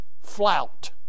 Flout